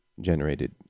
generated